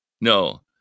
no